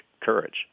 courage